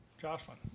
Jocelyn